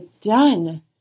done